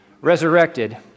resurrected